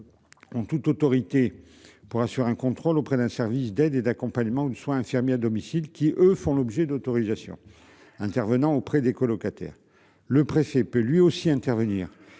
Ont toute autorité pour assurer un contrôle auprès d'un service d'aide et d'accompagnement de soins infirmiers à domicile qui eux font l'objet d'autorisation intervenant auprès des colocataires. Le préfet peut lui aussi intervenir.